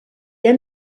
han